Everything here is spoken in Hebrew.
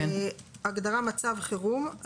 ההגדרה מצב חירום.